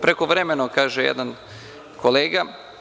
Prekovremeno, kaže jedan kolega.